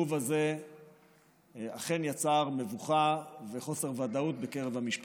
העיכוב הזה אכן יצר מבוכה וחוסר ודאות בקרב המשפחות.